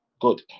good